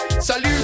Salut